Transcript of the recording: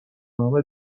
نامه